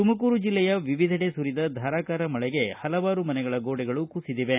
ತುಮಕೂರು ಜಿಲ್ಲೆಯ ವಿವಿಧೆಡೆ ಸುರಿದ ಧಾರಾಕಾರ ಮಳೆಗೆ ಪಲವಾರು ಮನೆಗಳ ಗೋಡೆಗಳು ಕುಸಿದಿವೆ